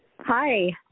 Hi